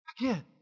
Again